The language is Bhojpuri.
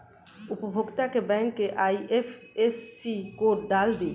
उपभोगता के बैंक के आइ.एफ.एस.सी कोड डाल दी